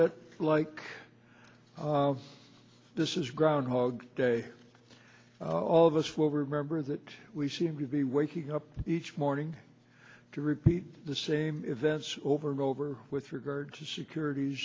bit like this is groundhog day all of us will remember that we seem to be waking up each morning to repeat the same events over and over with regard to securit